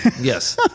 Yes